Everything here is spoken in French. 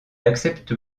accepte